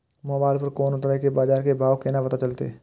Mobile पर कोनो तरह के बाजार के भाव केना पता चलते?